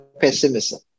pessimism